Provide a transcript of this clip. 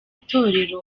itorero